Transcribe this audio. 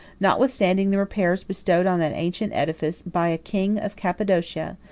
notwithstanding the repairs bestowed on that ancient edifice by a king of cappadocia,